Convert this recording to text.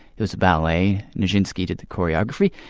it was a ballet, nijinsky did the choreography,